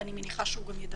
ואני מניחה שהוא גם ידבר.